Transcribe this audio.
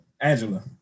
Angela